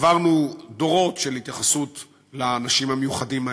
עברנו דורות של התייחסות לאנשים המיוחדים האלה,